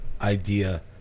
idea